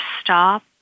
stop